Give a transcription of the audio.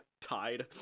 tied